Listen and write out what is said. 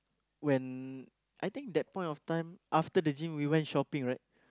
when I think that point of time after the gym we went shopping right